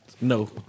No